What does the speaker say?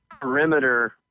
perimeter